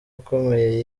akomeye